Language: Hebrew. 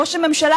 ראש הממשלה